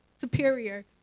superior